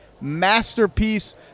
masterpiece